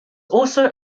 also